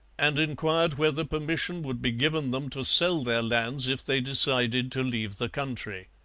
and inquired whether permission would be given them to sell their lands if they decided to leave the country.